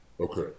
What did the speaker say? Okay